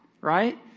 Right